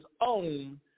own